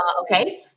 Okay